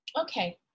Okay